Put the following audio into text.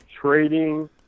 trading